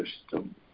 system